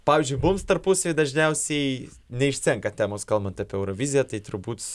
pavyzdžiui mums tarpusavy dažniausiai neišsenka temos kalbant apie euroviziją tai turbūt